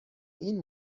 این